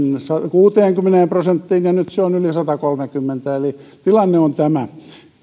kuuteenkymmeneen prosenttiin ja nyt se on yli satakolmekymmentä eli tilanne on tämä